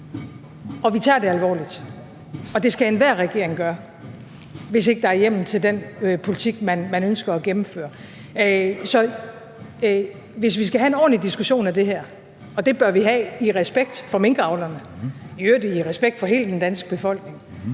og vi tager det alvorligt. Og det skal enhver regering gøre, hvis ikke der er hjemmel til den politik, man ønsker at gennemføre. Så hvis vi skal have en ordentlig diskussion af det her, og det bør vi have i respekt for minkavlerne og i øvrigt i respekt for hele den danske befolkning,